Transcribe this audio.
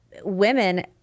Women